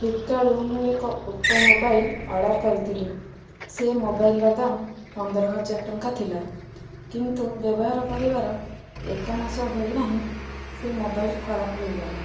ଫ୍ଲିପକାର୍ଟରୁ ମୁଁ ଏକ ଓପୋ ମୋବାଇଲ୍ ଅର୍ଡ଼ର କରିଥିଲି ସେ ମୋବାଇଲ୍ର ଦାମ୍ ପନ୍ଦର ହଜାର ଟଙ୍କା ଥିଲା କିନ୍ତୁ ବ୍ୟବହାର କରିବାର ଏକମାସ ହୋଇନାହିଁ ସେ ମୋବାଇଲ୍ ଖରାପ ହୋଇଗଲା